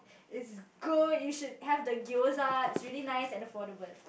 is good you should have the gyoza is really nice and affordable